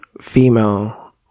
female